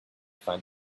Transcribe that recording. find